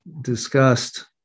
discussed